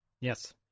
Yes